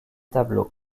tableaux